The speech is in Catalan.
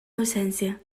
docència